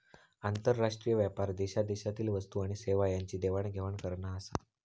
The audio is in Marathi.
आंतरराष्ट्रीय व्यापार देशादेशातील वस्तू आणि सेवा यांची देवाण घेवाण करना आसा